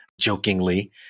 jokingly